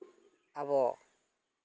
ᱟᱵᱚ